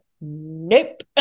nope